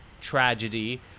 tragedy